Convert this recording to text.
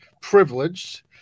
privileged